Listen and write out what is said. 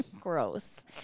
Gross